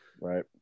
Right